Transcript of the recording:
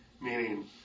Meaning